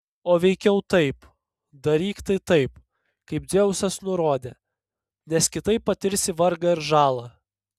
o veikiau taip daryk tai taip kaip dzeusas nurodė nes kitaip patirsi vargą ir žalą